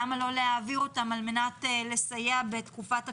למה לא להעביר אותם על מנת לסייע בתקופת הקורונה?